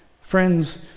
Friends